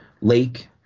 Lake